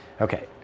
Okay